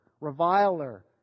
reviler